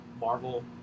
Marvel